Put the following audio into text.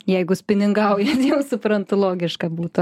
jeigu spiningaujat jau suprantu logiška būtų